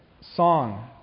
song